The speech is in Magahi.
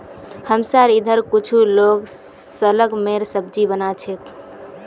हमसार इधर कुछू लोग शलगमेर सब्जी बना छेक